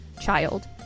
child